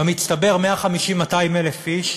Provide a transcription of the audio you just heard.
במצטבר 150,000 200,000 איש,